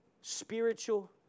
spiritual